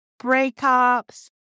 breakups